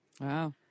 Wow